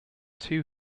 two